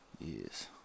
Yes